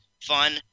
fun